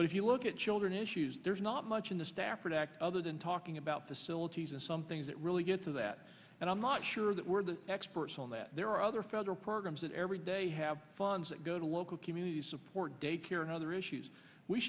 but if you look at children issues there's not much in the stafford act other than talking about the scylla teas and some things that really get to that and i'm not sure that we're the experts on that there are other federal programs that every day have funds that go to local community support daycare and other issues we